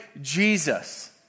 Jesus